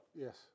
Yes